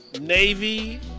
navy